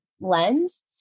lens